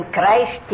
Christ